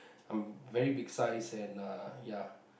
I'm very big size and uh ya